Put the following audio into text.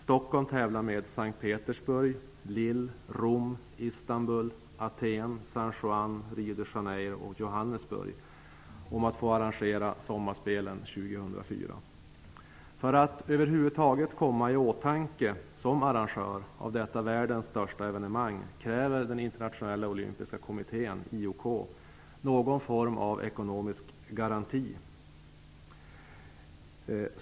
Stockholm tävlar med S:t Petersburg, Lille, Rom, Istanbul, Aten, San Juan, Rio de Janeiro och Johannesburg om att få arrangera sommarspelen år 2004. För att över huvud taget komma i åtanke som arrangör av detta världens största evenemang kräver Internationella olympiska kommittén, IOK, någon form av ekonomisk garanti.